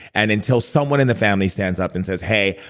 and until someone in the family stands up and says, hey,